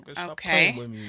okay